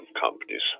companies